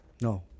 No